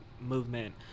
movement